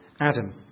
Adam